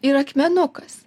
ir akmenukas